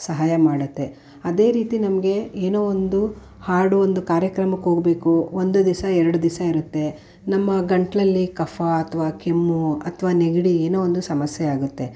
ಸಹಾಯ ಮಾಡುತ್ತೆ ಅದೇ ರೀತಿ ನಮಗೆ ಏನೋ ಒಂದು ಹಾಡು ಒಂದು ಕಾರ್ಯಕ್ರಮಕ್ಕೆ ಹೋಗ್ಬೇಕು ಒಂದು ದಿವಸ ಎರಡು ದಿವಸ ಇರುತ್ತೆ ನಮ್ಮ ಗಂಟಲಲ್ಲಿ ಕಫ ಅಥ್ವಾ ಕೆಮ್ಮು ಅಥ್ವಾ ನೆಗಡಿ ಏನೋ ಒಂದು ಸಮಸ್ಯೆಯಾಗುತ್ತೆ